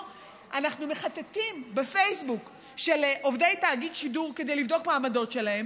אנחנו מחטטים בפייסבוק של עובדי תאגיד שידור כדי לבדוק מה העמדות שלהם